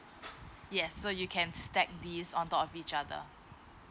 yes so you can stack these on top of each other